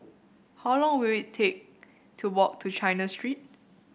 how long will it take to walk to China Street